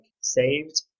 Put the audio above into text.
saved